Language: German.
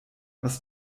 was